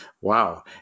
Wow